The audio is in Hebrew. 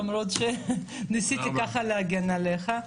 למרות שנסתי ככה להגן עליך.